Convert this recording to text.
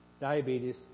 diabetes